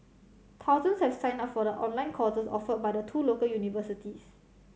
thousands have signed up for the online courses offered by the two local universities